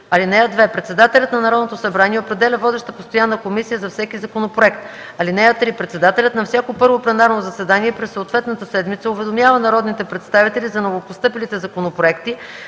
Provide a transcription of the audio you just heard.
им. (2) Председателят на Народното събрание определя водеща постоянна комисия за всеки законопроект. (3) Председателят на всяко първо пленарно заседание през съответната седмица уведомява народните представители за новопостъпилите законопроекти,